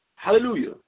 Hallelujah